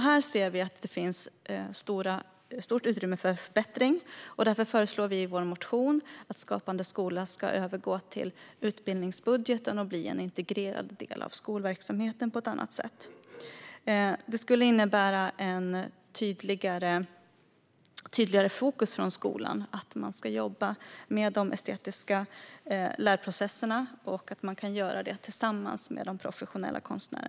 Vi ser att det finns stort utrymme för förbättring, och därför föreslår vi i vår motion att Skapande skola ska övergå till utbildningsbudgeten och bli en integrerad del av skolverksamheten. Det skulle innebära ett tydligare fokus för skolan att man ska jobba med de estetiska lärprocesserna och att man kan göra det tillsammans med professionella konstnärer.